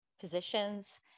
physicians